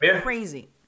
crazy